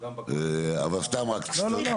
אבל תסבירי,